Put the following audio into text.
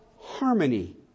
harmony